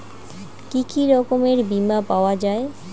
কি কি রকমের বিমা পাওয়া য়ায়?